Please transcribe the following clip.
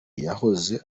yahoze